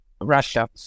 Russia